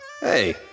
Hey